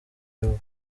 iba